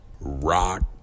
Rock